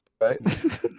right